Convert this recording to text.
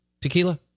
tequila